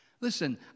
Listen